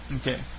Okay